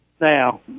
Now